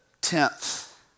tenth